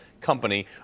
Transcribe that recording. company